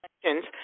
questions